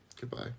Goodbye